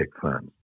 firms